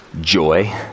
joy